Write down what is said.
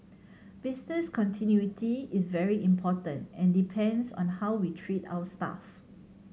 business continuity is very important and depends on how we treat our staff